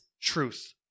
truth